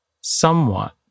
somewhat